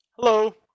Hello